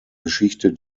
geschichte